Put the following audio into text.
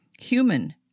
human